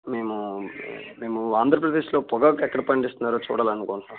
మేము మేము ఆంధ్రప్రదేశ్లో పొగాకెక్కడ పండిస్తున్నారో చూడాలనుకుంటున్నాం